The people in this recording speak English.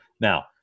Now